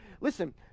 listen